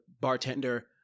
bartender